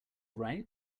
right